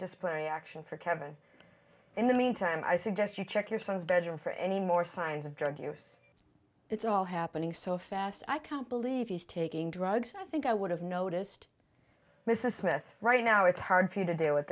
disciplinary action for kevin in the meantime i suggest you check your son's bedroom for any more signs of drug use it's all happening so fast i can't believe he's taking drugs i think i would have noticed mrs smith right now it's hard for you to deal with